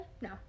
No